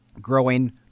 growing